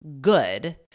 good